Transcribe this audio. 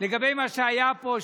לגבי מה שהיה פה.